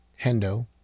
Hendo